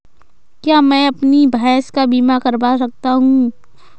क्या मैं अपनी भैंस का बीमा करवा सकता हूँ?